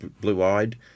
blue-eyed